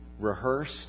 rehearsed